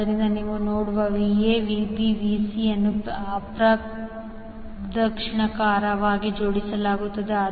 ಆದ್ದರಿಂದ ನೀವು ನೋಡುವ VaVbVc ಅನ್ನು ಅಪ್ರದಕ್ಷಿಣಾಕಾರವಾಗಿ ಜೋಡಿಸಲಾಗುತ್ತದೆ